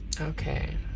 okay